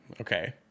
Okay